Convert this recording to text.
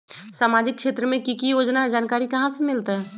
सामाजिक क्षेत्र मे कि की योजना है जानकारी कहाँ से मिलतै?